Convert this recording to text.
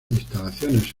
instalaciones